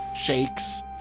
shakes